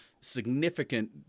significant